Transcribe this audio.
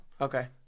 Okay